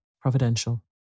providential